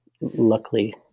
luckily